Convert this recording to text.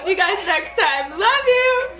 you guys next time. love you